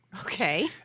okay